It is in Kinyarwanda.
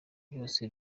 byose